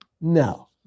No